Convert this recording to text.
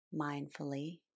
mindfully